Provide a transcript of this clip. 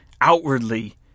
outwardly